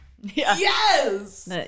Yes